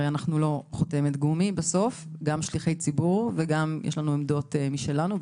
לא חותמת גומי אלא שליחי ציבור שיש לנו עמדות משלנו,